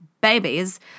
babies